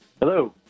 Hello